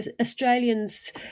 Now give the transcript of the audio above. Australians